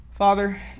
Father